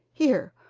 here,